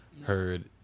heard